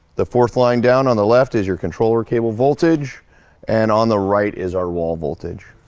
the fourth line down on the left is your controller cable voltage and on the right is our wall voltage.